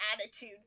attitude